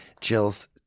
jill's